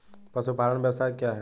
पशुपालन व्यवसाय क्या है?